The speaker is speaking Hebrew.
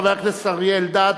חבר הכנסת אריה אלדד,